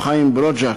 הרב חיים ברוז'ק,